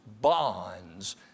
bonds